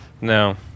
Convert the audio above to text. No